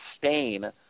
sustain